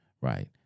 right